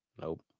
Nope